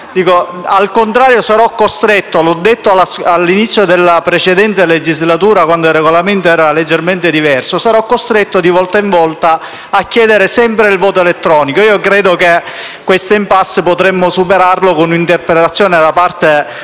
Al contrario, sarò costretto - l'ho detto all'inizio della precedente legislatura, quando il Regolamento era leggermente diverso - di volta in volta a chiedere sempre il voto elettronico. Credo che questa *impasse* potremmo superarla con un'interpretazione da parte